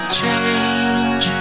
change